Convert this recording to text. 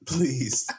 Please